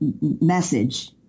message